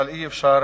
אי-אפשר